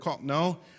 No